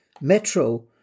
Metro